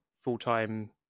full-time